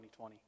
2020